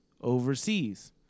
overseas